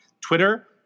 Twitter